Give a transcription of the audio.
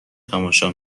تماشا